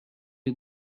you